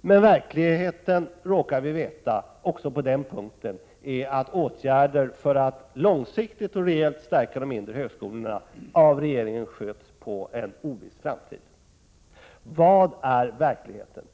Men även på denna punkt råkar vi veta att regeringen i verkligheten skjuter åtgärder för att långsiktigt och rejält stärka de mindre högskolorna på en oviss framtid: Vad är verkligheten?